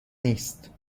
نیست